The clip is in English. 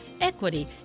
equity